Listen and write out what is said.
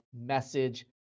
message